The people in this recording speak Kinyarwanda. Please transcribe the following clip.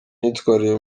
myitwarire